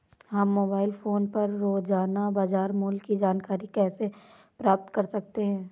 हम mobile phone पर रोजाना बाजार मूल्य की जानकारी कैसे प्राप्त कर सकते हैं?